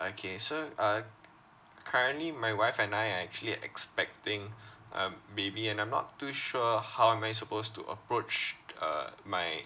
okay so uh currently my wife and I are actually expecting um baby and I'm not too sure how am I supposed to approach uh my